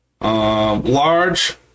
large